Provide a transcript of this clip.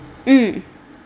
mm